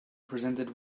presented